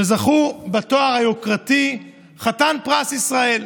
שזכו בתואר היוקרתי חתן פרס ישראל.